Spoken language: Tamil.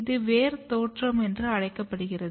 இது வேர் தோற்றம் என்று அழைக்கப்படுகிறது